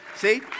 See